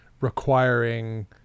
requiring